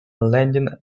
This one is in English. landing